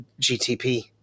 gtp